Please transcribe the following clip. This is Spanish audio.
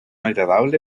agradable